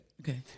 Okay